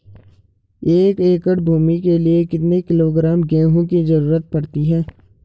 एक एकड़ भूमि के लिए कितने किलोग्राम गेहूँ की जरूरत पड़ती है?